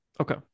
Okay